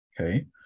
Okay